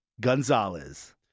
Gonzalez